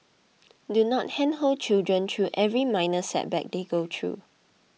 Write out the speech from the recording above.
do not handhold children through every minor setback they go through